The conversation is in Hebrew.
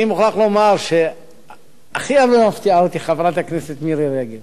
אני מוכרח לומר שהכי הרבה מפתיעה אותי חברת הכנסת מירי רגב